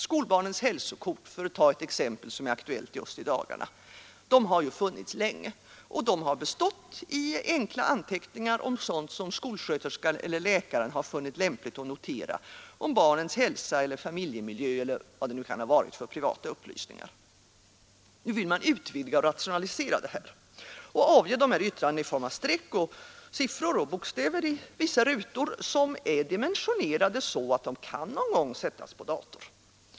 Skolbarnens hälsokort, för att ta ett exempel som är aktuellt just i dagarna, har ju funnits länge, och de har bestått i enkla anteckningar om sådant som skolsköterskan eller läkaren har funnit lämpligt att notera om barnens hälsa och familjemiljö och vad det nu kan ha varit för privata upplysningar. Nu vill man utvidga och rationalisera detta och avge yttrandena i form av streck och siffror och bokstäver i vissa rutor, som är dimensionerade så att de någon gång kan sättas på dator.